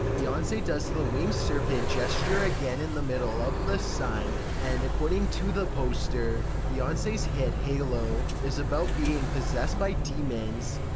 beyonce does the winged serpent gesture again in the middle of the sun. and, according to the poster, beyonce's hit, halo, is about being possessed by demons.